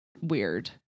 weird